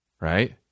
right